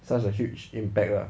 such a huge impact lah